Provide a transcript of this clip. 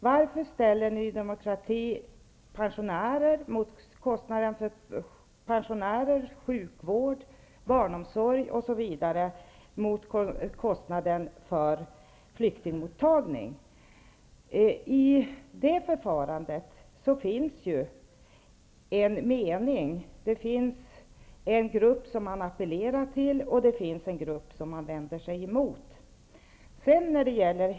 Varför ställer Ny Demokrati pensionärerna och kostnaderna för pensionärer, sjukvård, barnomsorg osv. mot kostnaderna för flyktingmottagning. Det finns en mening med det förfarandet -- en grupp appellerar man till, och en annan grupp vänder man sig mot.